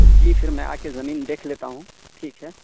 جی پھر میں آکے زمین دیکھ لیتا ہوں ٹھیک ہے